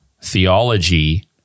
theology